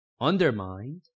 undermined